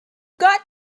got